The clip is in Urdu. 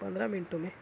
پندرہ منٹوں میں